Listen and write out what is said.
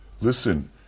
Listen